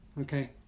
Okay